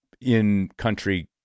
in-country